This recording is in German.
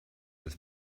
des